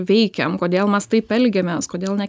veikiam kodėl mes taip elgiamės kodėl ne